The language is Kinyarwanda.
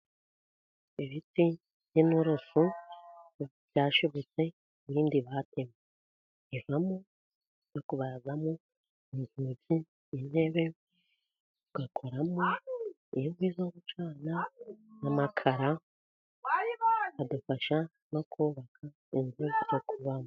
Ibiti by'inturusu byashibutse, ibindi batemye. Bivamo ibyo kubazamo inzugi, intebe, ugakoramo inkwi zo gucana n'amakara, adufasha no kubaka inzu zo kubamo.